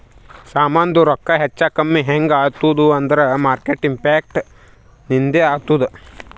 ಸಾಮಾಂದು ರೊಕ್ಕಾ ಹೆಚ್ಚಾ ಕಮ್ಮಿ ಹ್ಯಾಂಗ್ ಆತ್ತುದ್ ಅಂದೂರ್ ಮಾರ್ಕೆಟ್ ಇಂಪ್ಯಾಕ್ಟ್ ಲಿಂದೆ ಆತ್ತುದ